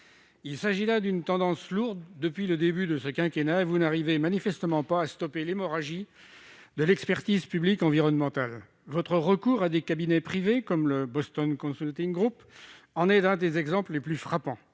Il s'agit là d'une tendance lourde depuis le début de ce quinquennat et vous n'arrivez manifestement pas à stopper l'hémorragie de l'expertise publique environnementale. Le recours à des cabinets privés, tels que le Boston Consulting Group, en est l'un des exemples les plus frappants.